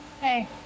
Hey